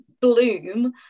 bloom